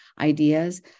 ideas